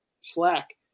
slack